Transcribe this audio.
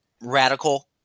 radical